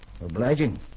Obliging